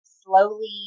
slowly